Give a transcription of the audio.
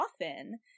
often